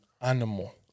animal